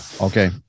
Okay